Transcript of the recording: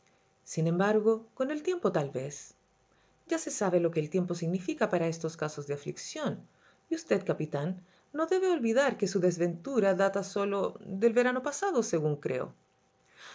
sin embargo con el tiempo tal vez ya se sabe lo que el tiempo significa para estos casos de aflicción y usted capitán no debe olvidar que su desventura data sólo del verano pasado según creo